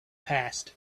passed